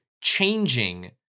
changing